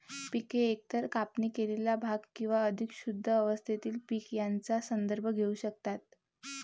पिके एकतर कापणी केलेले भाग किंवा अधिक शुद्ध अवस्थेतील पीक यांचा संदर्भ घेऊ शकतात